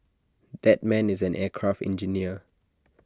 that man is an aircraft engineer